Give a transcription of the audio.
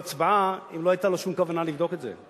ההצבעה אם לא היתה לו שום כוונה לבדוק את זה.